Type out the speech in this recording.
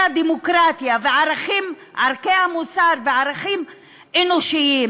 הדמוקרטיה וערכי המוסר וערכים אנושיים,